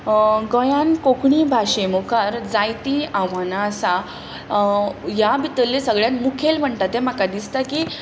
गोंयांत कोंकणी भाशे मुखार जायतीं आव्हानां आसा ह्या भितरलें सगळ्यांत मुखेल म्हणटा तें म्हाका दिसता की